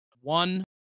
One